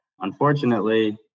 Unfortunately